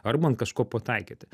arba ant kažko pataikyti